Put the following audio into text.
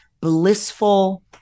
blissful